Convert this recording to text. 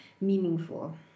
meaningful